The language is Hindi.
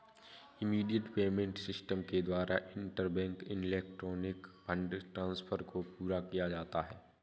इमीडिएट पेमेंट सिस्टम के द्वारा इंटरबैंक इलेक्ट्रॉनिक फंड ट्रांसफर को पूरा किया जाता है